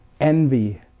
envy